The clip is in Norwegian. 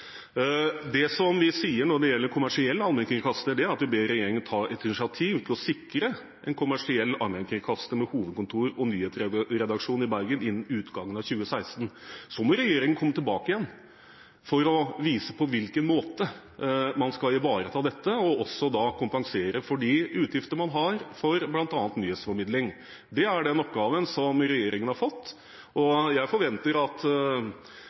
Det vi sier når det gjelder kommersiell allmennkringkaster, er at vi ber regjeringen om å ta et initiativ til å sikre en kommersiell allmennkringkaster med hovedkontor og nyhetsredaksjon i Bergen innen utgangen av 2016. Så må regjeringen komme tilbake igjen for å vise på hvilken måte man skal ivareta dette, og også da kompensere for de utgifter man har for bl.a. nyhetsformidling. Det er oppgaven regjeringen har fått. Jeg forventer at